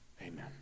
Amen